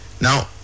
Now